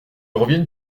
reviennent